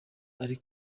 ari